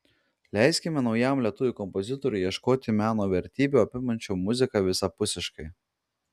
leiskime naujam lietuvių kompozitoriui ieškoti meno vertybių apimančių muziką visapusiškai